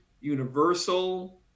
Universal